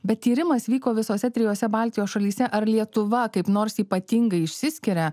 bet tyrimas vyko visose trijose baltijos šalyse ar lietuva kaip nors ypatingai išsiskiria